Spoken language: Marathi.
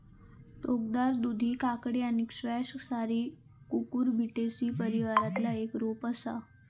टोकदार दुधी काकडी आणि स्क्वॅश सारी कुकुरबिटेसी परिवारातला एक रोप असा